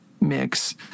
mix